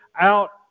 out